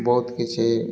ବହୁତ କିଛି